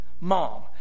Mom